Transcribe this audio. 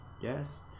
yes